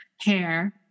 hair